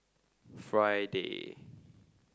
Friday